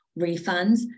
refunds